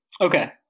Okay